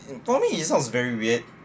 for me it sounds very weird